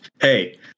Hey